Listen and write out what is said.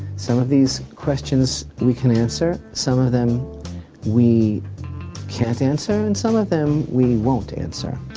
some of these questions we can answer. some of them we can't answer. and some of them we won't answer.